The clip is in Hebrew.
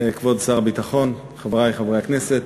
כבוד שר הביטחון, חברי חברי הכנסת,